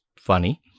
funny